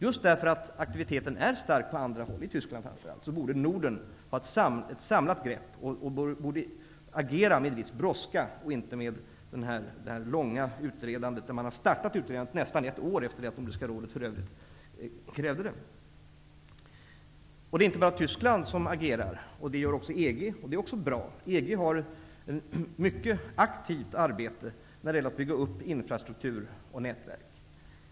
Just därför att aktiviteten är stark på andra håll, i Tyskland framför allt, borde Norden ha ett samlat grepp och agera med en viss brådska, inte med det långa utredandet. För övrigt har man startat utredandet nästan ett år efter det att Nordiska rådet krävde det. Det är inte bara Tyskland som agerar. Det gör även EG. Det är också bra. EG bedriver ett mycket aktivt arbete med att bygga upp infrastruktur och nätverk.